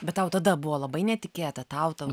bet tau tada buvo labai netikėta tau tau